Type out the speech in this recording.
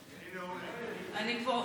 אני פה.